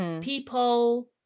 People